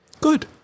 Good